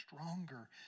stronger